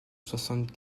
soixante